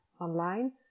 online